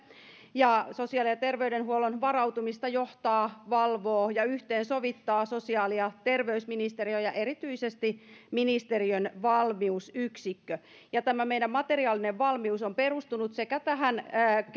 ja sosiaali ja terveydenhuollon varautumista johtaa valvoo ja yhteensovittaa sosiaali ja terveysministeriö erityisesti ministeriön valmiusyksikkö tämä meidän materiaalinen valmius on perustunut sekä tähän